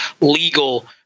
legal